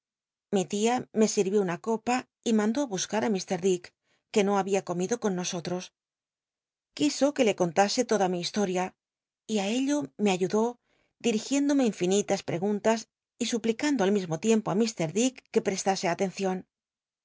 mi tia me sinió una copa y mandó á mr dick que no habia comido con nosotros quiso que le contase toda mi historia y á ello me ayudó dirigiéndome infinitas preguntas y suplicando al mismo tiempo i h dick ue prestase atencion